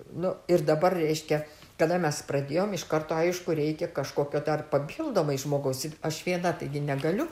nu ir dabar reiškia kada mes pradėjom iš karto aišku reikia kažkokio dar papildomai žmogaus aš viena taigi negaliu